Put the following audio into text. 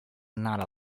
not